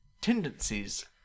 tendencies